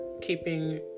keeping